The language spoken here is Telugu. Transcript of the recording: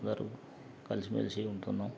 అందరూ కలిసిమెలిసి ఉంటున్నాం